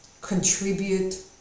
contribute